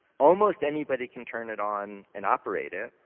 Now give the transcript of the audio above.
almost anybody can turn it on and operate it.